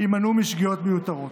יימנעו משגיאות מיותרות.